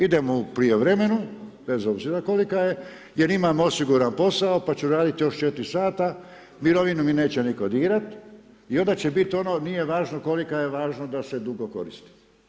Idemo u prijevremenu bez obzira kolika je jer imam osiguran posao, pa ću raditi još 4 sata, mirovinu mi neće nitko dirat i onda će biti ono „nije važno kolika je važno da se dugo koristi“